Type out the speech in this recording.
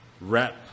rep